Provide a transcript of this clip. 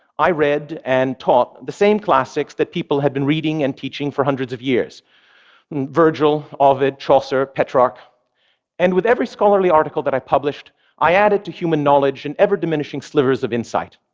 i read and taught the same classics that people had been reading and teaching for hundreds of years virgil, ovid, chaucer, petrarch and with every scholarly article that i published i added to human knowledge in ever-diminishing slivers of insight.